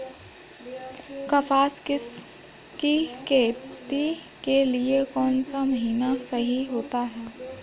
कपास की खेती के लिए कौन सा महीना सही होता है?